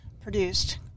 produced